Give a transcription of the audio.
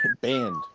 Banned